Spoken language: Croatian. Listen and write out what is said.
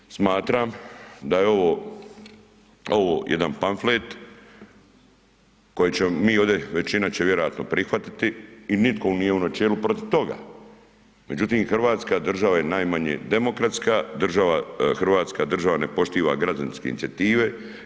Zbog toga smatram da je ovo, ovo jedan pamflet koji ćemo mi ovdje, većina će vjerojatno prihvatiti i nitko nije u načelu protiv toga, međutim Hrvatska država je najmanje demokratska, Hrvatska država ne poštuje građanske inicijative.